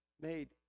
made